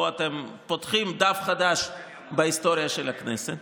פה אתם פותחים דף חדש בהיסטוריה של הכנסת.